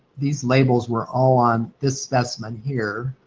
these labels were all on this specimen here.